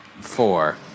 Four